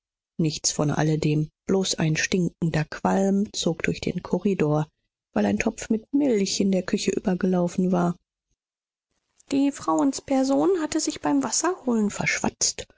nichts von alledem bloß ein stinkender qualm zog durch den korridor weil ein topf mit milch in der küche übergelaufen war die frauensperson hatte sich beim wasserholen verschwatzt